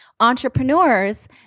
entrepreneurs